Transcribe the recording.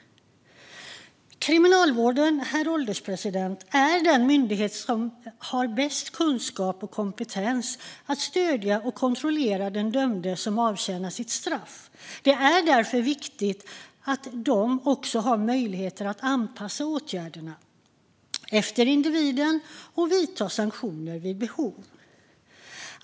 Kriminalvården, herr ålderspresident, är den myndighet som har bäst kunskap och kompetens att stödja och kontrollera den dömde som avtjänar sitt straff. Det är därför viktigt att den har möjligheter att anpassa åtgärderna efter individen och vidta sanktioner vid behov.